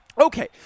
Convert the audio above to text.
Okay